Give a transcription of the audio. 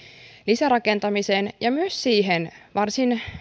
lisärakentamiseen myös varsin